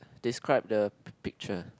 describe the picture